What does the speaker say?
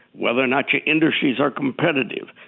whether or not your industries are competitive,